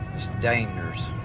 it's dangerous.